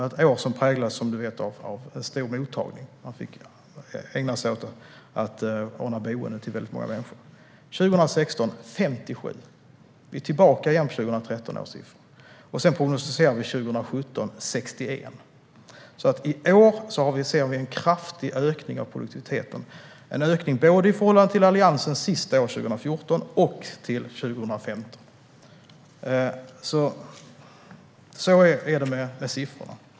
År 2015 präglades, som Sotiris Delis vet, av ett stort mottagande, och man fick ägna sig åt att ordna boende till väldigt många människor. Antalet för 2015 var 40. Antalet för 2016 är 57, vilket innebär att vi är tillbaka på 2013 års siffror. Prognosen för 2017 är 61 avgjorda asylärenden per årsarbetare. I år har vi sett en kraftig ökning av produktiviteten, både i förhållande till Alliansens sista år, 2014, och till 2015. Så är det med siffrorna.